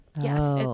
Yes